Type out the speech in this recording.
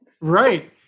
Right